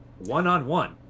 one-on-one